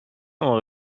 موقع